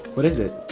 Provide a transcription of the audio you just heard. what is it?